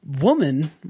woman